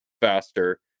faster